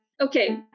Okay